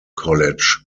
college